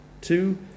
two